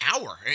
hour